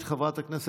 עוד פעם אתה רוצה?